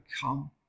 come